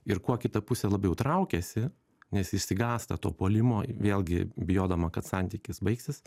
ir kuo kita pusė labiau traukiasi nes išsigąsta to puolimo vėlgi bijodama kad santykis baigsis